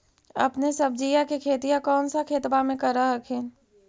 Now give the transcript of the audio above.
अपने सब्जिया के खेतिया कौन सा खेतबा मे कर हखिन?